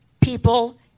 people